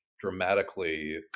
dramatically